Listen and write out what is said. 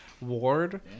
Ward